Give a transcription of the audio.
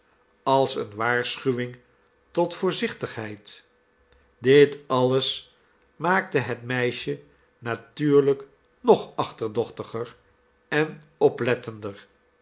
als eene waarschuwing tot voorzichtigheid dit alles maakte het meisje natuurlijk nog achterdochtiger en oplettender